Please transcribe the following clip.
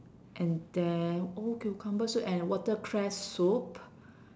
and then old cucumber soup and watercress soup